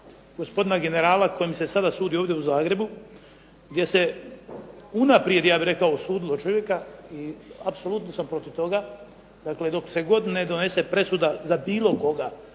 gospodina generala kojem se sada sudi ovdje u Zagrebu, gdje se unaprijed, ja bih rekao, osudilo čovjeka, i apsolutno sam protiv toga, dakle, dok se god ne donese presuda za bilo koga